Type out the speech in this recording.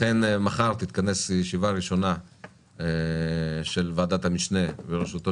לכן מחר תתכנס ישיבה ראשונה של ועדת המשנה בראשותו